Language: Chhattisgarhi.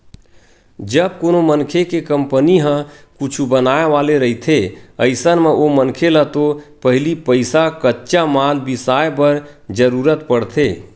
जब कोनो मनखे के कंपनी ह कुछु बनाय वाले रहिथे अइसन म ओ मनखे ल तो पहिली पइसा कच्चा माल बिसाय बर जरुरत पड़थे